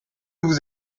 vous